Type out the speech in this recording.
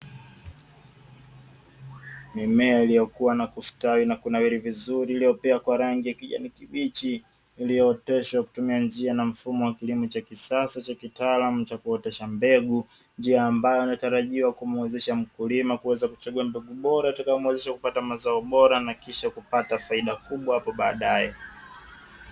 Mimea iliyokuwa na kustawi na kunawiri vizuri iliyopea kwa rangi ya kijani kibichi iliyooteshwa kutumia njia na mfumo wa kilimo cha kisasa cha kitaalam cha kuotesha mbegu ,njia ambayo natarajiwa kumwezesha mkulima kuweza kuchagua mbegu bora tuwezesha kupata mazao bora na kisha kupata faida kubwa hapo baadaye.